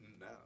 No